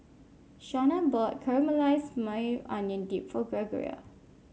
Shenna bought Caramelized Maui Onion Dip for Gregoria